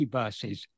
verses